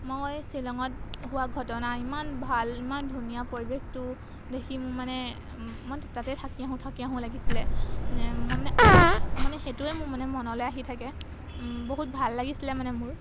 মই শ্বিলঙত হোৱা ঘটনা ইমান ভাল ইমান ধুনীয়া পৰিৱেশটো দেখি মোৰ মানে মই তাতে থাকি আহোঁ থাকি আহোঁ লাগিছিলে মানে মই মানে মানে সেইটোৱে মোৰ মানে মনলৈ আহি থাকে বহুত ভাল লাগিছিলে মানে মোৰ